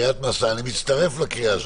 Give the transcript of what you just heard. אני מצטרף לקריאה שלך.